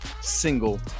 single